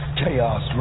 chaos